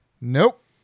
nope